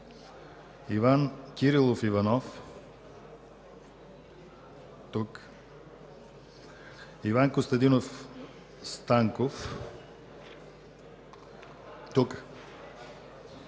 Иван Кирилов Иванов- тук Иван Костадинов Станков- тук